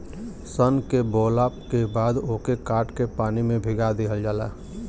सन के बोवला के बाद ओके काट के पानी में भीगा दिहल जाला